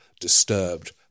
disturbed